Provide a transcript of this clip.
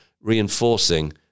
reinforcing